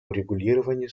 урегулирования